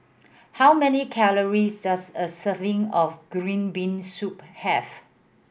how many calories does a serving of green bean soup have